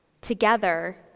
together